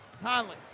Conley